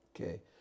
okay